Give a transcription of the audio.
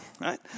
right